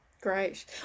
Great